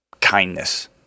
Kindness